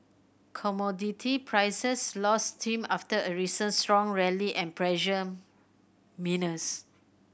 commodity prices lost steam after a recent strong rally and pressured